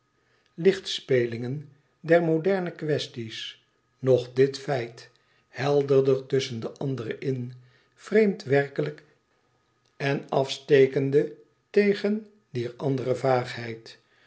lichtspelingen der moderne quaestie's nog dit feit helderder tusschen de andere in vreemd werkelijk en afstekend tegen dier anderen vaagheid